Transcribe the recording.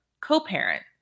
co-parent